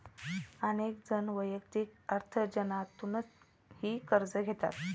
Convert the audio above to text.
अनेक जण वैयक्तिक अर्थार्जनातूनही कर्ज घेतात